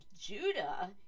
Judah